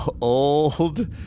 old